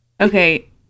Okay